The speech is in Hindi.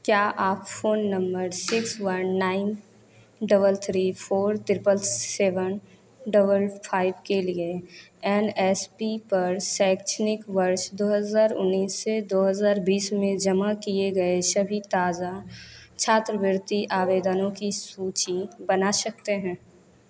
क्या आप phone number six one nine double three four triple seven double five के लिए एन एस पी पर शैक्षणिक वर्ष दो हज़ार उन्नीस से दो हज़ार बीस में जमा किए गए सभी ताज़ा छात्रवृत्ति आवेदनों की सूचि बना सकते हैं